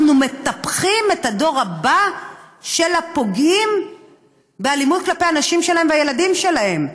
אנחנו מטפחים את הדור הבא של הפוגעים באלימות בנשים שלהם ובילדים שלהם.